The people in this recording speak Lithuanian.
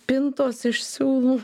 pintos iš siūlų